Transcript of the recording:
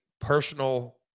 personal